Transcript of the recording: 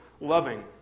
loving